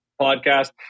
podcast